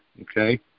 okay